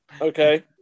Okay